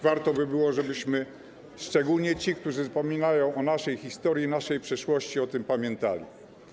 Warto by było, żebyśmy my, a szczególnie ci, którzy zapominają o naszej historii i przeszłości, o tym pamiętali.